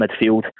midfield